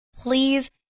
please